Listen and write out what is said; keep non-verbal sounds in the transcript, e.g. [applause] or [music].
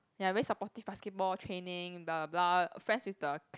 ya very supportive basketball training blah blah blah friends with the [noise]